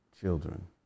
children